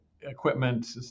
equipment